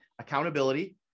accountability